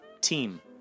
team